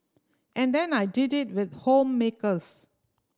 and then I did it with homemakers